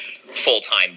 full-time